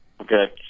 okay